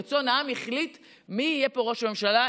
רצון העם החליט מי יהיה פה ראש הממשלה,